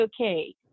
okay